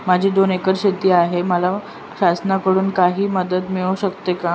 माझी दोन एकर शेती आहे, मला शासनाकडून काही मदत मिळू शकते का?